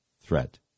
threat